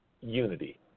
Unity